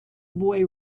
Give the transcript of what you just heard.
boy